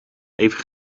even